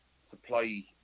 supply